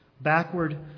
backward